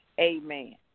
amen